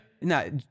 no